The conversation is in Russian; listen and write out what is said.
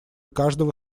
каждого